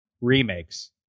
remakes